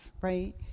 right